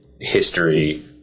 history